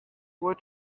what